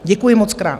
Děkuji mockrát.